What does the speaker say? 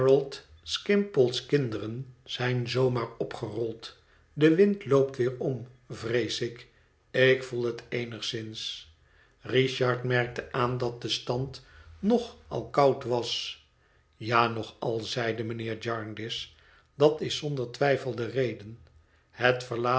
skimpole's kinderen zijn zoo maar opgerold de wind loopt weer om vrees ik ik voel het eenigszins richard merkte aan dat de stand nog al koud was ja nog al zeide mijnheer jarndyce dat is zonder twijfel de reden het